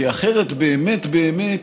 כי אחרת זה באמת באמת